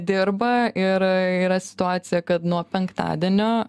dirba ir yra situacija kad nuo penktadienio